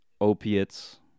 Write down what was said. opiates